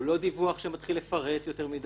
זה לא דיווח שמתחיל לפרט יותר מדיי.